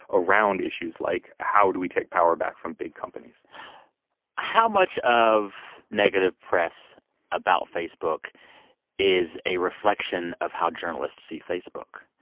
around issues like how do we take power back from big companies how much of negative press about facebook is a reflection of how journalists see facebook?